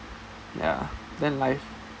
ya then life